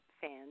fans